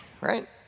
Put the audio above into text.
right